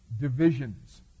Divisions